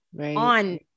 on